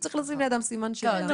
צריך לשים לידם סימן שאלה.